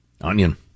Onion